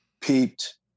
peeped